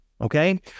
okay